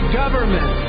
government